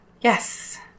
Yes